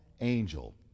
angel